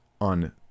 on